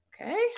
Okay